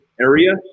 area